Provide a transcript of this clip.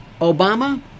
Obama